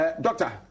Doctor